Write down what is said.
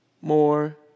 more